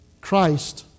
Christ